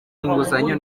inguzanyo